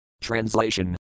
Translation